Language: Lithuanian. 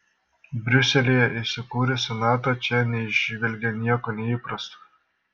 briuselyje įsikūrusi nato čia neįžvelgė nieko neįprasto